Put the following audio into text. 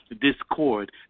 discord